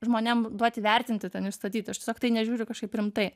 žmonėm duoti vertinti ten ir statyti aš tiesiog tai nežiūriu kažkaip rimtai